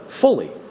fully